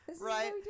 right